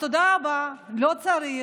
אז תודה רבה, לא צריך.